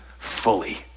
fully